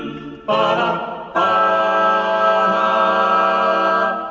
ah i